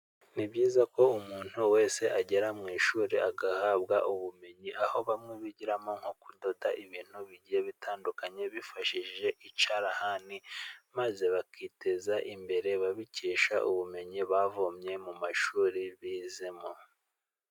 Ni byiza ko umuntu wese agera mu ishuri agahabwa ubumenyi， aho bamwe bigiramo nko kudoda ibintu bigiye bitandukanye， bifashishije icyarahani， maze bakiteza imbere babikesha ubumenyi bavomye mu mashuri bizemo.